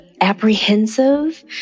apprehensive